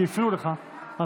כי הפריעו לך.